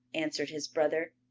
answered his brother.